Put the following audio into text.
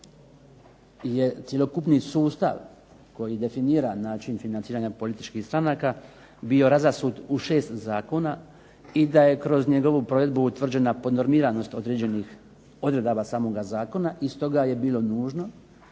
je cjelokupni sustav koji definira način financiranja političkih stranaka bio razasut u 6 zakona i da je kroz njegovu provedbu utvrđena podnormiranost određenih odredaba samoga zakona i stoga je bilo nužno